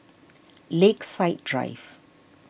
Lakeside Drive